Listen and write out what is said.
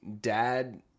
Dad